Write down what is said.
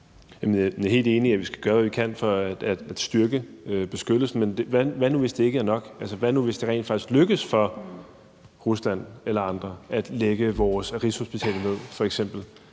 Jeg er helt enig i, at vi skal gøre, hvad vi kan, for at styrke beskyttelsen, men hvad nu, hvis det ikke er nok? Hvad nu, hvis det rent faktisk lykkes for Rusland eller andre at lægge Rigshospitalet ned, f.eks.?